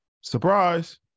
surprise